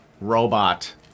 robot